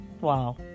Wow